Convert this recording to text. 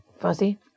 Fuzzy